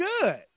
good